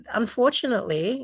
unfortunately